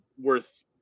worth